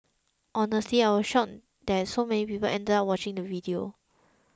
honestly I was shocked that so many people ended up watching the video